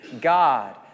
God